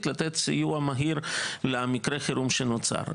לתת סיוע מהיר למקרי חירום שנוצרים.